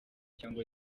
cyangwa